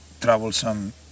troublesome